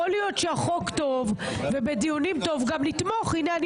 יכול להיות שהחוק הוא טוב ובדיונים גם נתמוך בו הינה,